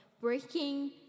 breaking